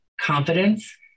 confidence